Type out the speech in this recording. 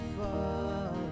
follow